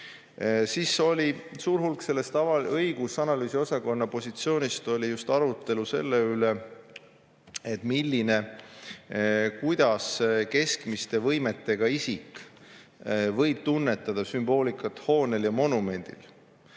Suur osa sellest õigus- ja analüüsiosakonna positsioonist oli just arutelu selle üle, kuidas keskmiste võimetega isik võib tunnetada sümboolikat hoonel ja monumendil.